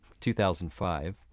2005